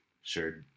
sure